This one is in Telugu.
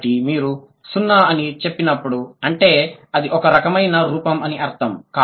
కాబట్టి మీరు 0 అని చెప్పినప్పుడు అంటే అది ఒక రకమైన రూపం అని అర్థం